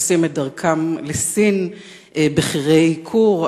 עושים את דרכם לסין בכירי "כור",